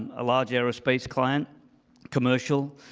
a large aerospace client commercial.